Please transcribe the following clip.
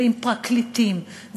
עם פרקליטים,